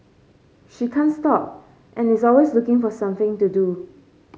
she can't stop and is always looking for something to do